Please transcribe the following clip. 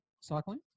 cycling